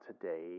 today